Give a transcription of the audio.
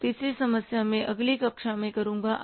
तो तीसरी समस्या मैं अगली कक्षा में करूँगा